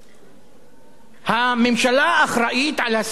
הממשלה אחראית לסבל הנורא של האנשים האלה.